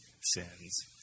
sins